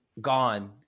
gone